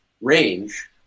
range